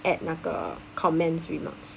at 那个 comments remarks